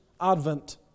advent